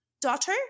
daughter